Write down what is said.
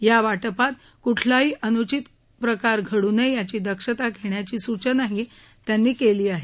या वाटपात कुठलाही अनुचित प्रकार घडू नये याची दक्षता घेण्याची सूचनाही त्यांनी केली आहे